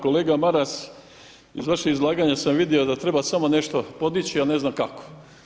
Kolega Maras, iz vašeg izlaganja sam vidio da treba samo nešto podići a ne zna kako.